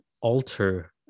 alter